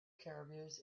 caribous